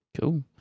Cool